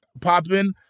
popping